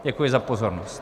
Děkuji za pozornost.